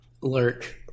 lurk